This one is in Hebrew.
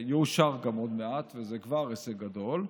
גם יאושר עוד מעט, וזה כבר הישג גדול.